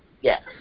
Yes